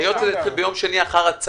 היות וזה התחיל ביום שני אחה"צ,